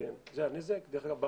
דרך אגב,